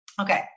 Okay